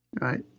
right